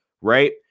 Right